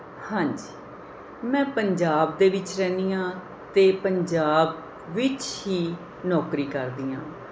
ਹਾਂਜੀ ਮੈਂ ਪੰਜਾਬ ਦੇ ਵਿੱਚ ਰਹਿੰਦੀ ਹਾਂ ਅਤੇ ਪੰਜਾਬ ਵਿੱਚ ਹੀ ਨੌਕਰੀ ਕਰਦੀ ਹਾਂ